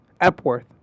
Epworth